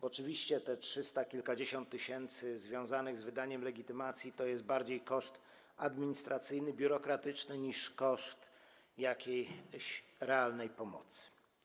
Oczywiście te trzysta kilkadziesiąt tysięcy związanych z wydaniem legitymacji stanowi bardziej koszt administracyjny, biurokratyczny niż koszt jakiejś realnej pomocy.